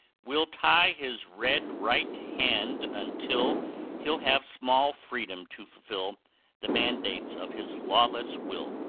we'll tie his red right hand until he'll have small freedom to fulfil the mandates of his lawless will.